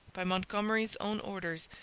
by montgomery's own orders,